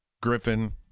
Griffin